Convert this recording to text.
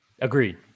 Agreed